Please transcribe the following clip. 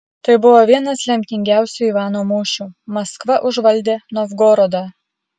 tai buvo vienas lemtingiausių ivano mūšių maskva užvaldė novgorodą